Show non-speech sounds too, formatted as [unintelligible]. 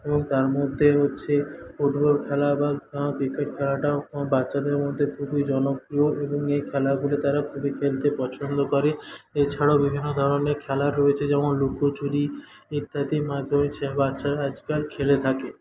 এবং তার মধ্যে হচ্ছে ফুটবল খেলা বা ক্রিকেট খেলাটাও বাচ্চাদের মধ্যে খুবই জনপ্রিয় এবং এই খেলাগুলি তারা খুবই খেলতে পছন্দ করে এছাড়াও বিভিন্ন ধরনের খেলা রয়েছে যেমন লুকোচুরি ইত্যাদির মাধ্যমে [unintelligible] বাচ্চারা আজ কাল খেলে থাকে